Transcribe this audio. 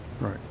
Right